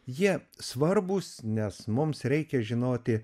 jie svarbūs nes mums reikia žinoti